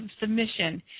submission